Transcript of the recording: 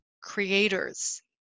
creators